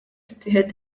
tittieħed